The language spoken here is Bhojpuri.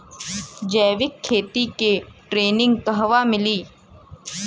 जैविक खेती के ट्रेनिग कहवा मिली?